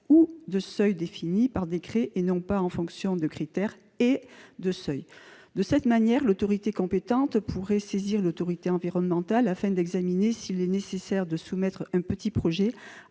ou » de seuils définis par décret, et non pas en fonction de critères « et » de seuils. De cette manière, l'autorité compétente pourrait saisir l'autorité environnementale afin d'examiner s'il est nécessaire de soumettre un petit projet